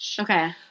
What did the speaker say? Okay